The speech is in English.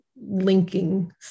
linking